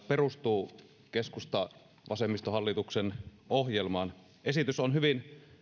perustuu keskusta vasemmistohallituksen ohjelmaan esitys on hyvin